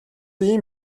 ийм